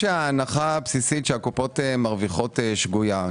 שההנחה הבסיסית שהקופות מרוויחות היא שגויה.